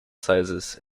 sizes